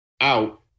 out